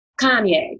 Kanye